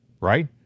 Right